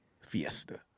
Fiesta